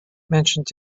mentioned